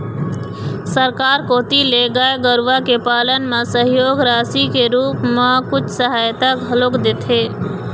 सरकार कोती ले गाय गरुवा के पालन म सहयोग राशि के रुप म कुछ सहायता घलोक देथे